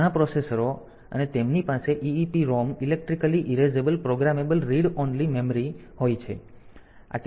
ઘણા પ્રોસેસરો અને તેમની પાસે EEPROM electrically erasable programmable read only memory હોય છે